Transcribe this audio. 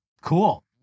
Cool